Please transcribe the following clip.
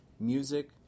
music